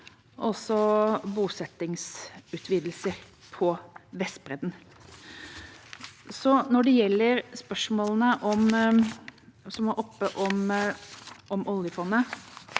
også bosettingsutvidelser på Vestbredden. Når det gjelder spørsmålene som var oppe om oljefondet,